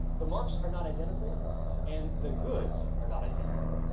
the marks are not identical and the goods are not identical.